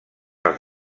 els